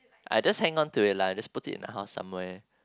I just hang on to it lah just put it in the house somewhere